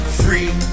free